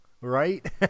Right